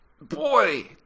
boy